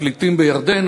הפליטים בירדן,